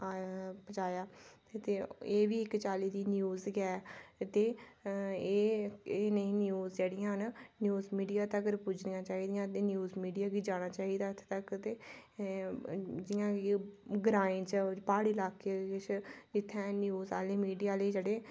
पजाया ते एह्बी इक्क चाल्ली दी न्यूज़ गै ते एह् इ'नेंगी न्यूज़ जेह्ड़ियां न न्यूज़ मीडिया तगर पुज्जनियां चाही दियां न एह् न्यूज़ मीडिया गी जाना चाहिदा इत्थै तक्क ते जि'यां कि ग्रांएं चा प्हाड़ी ल्हाके च इत्थै न्यूज़ आह्ले मीडिया आह्ले जेह्ड़े